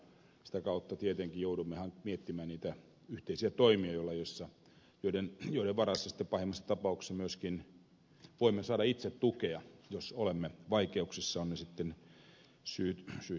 sitä kauttahan tietenkin joudumme miettimään niitä yhteisiä toimia joiden varassa sitten pahimmassa tapauksessa myöskin voimme saada itse tukea jos olemme vaikeuksissa ovat ne syyt sitten syissä tai sepissä